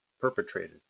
perpetrated